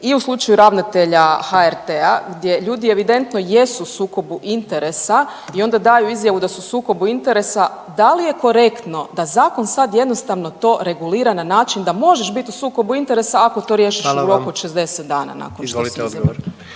i u slučaju ravnatelja HRT-a gdje ljudi evidentno jesu u sukobu interesa i onda daju izjavu da su u sukobu interesa, da li je korektno da zakon sad jednostavno to regulira na način da možeš biti u sukobu interesa, ako to riješiš .../Upadica: Hvala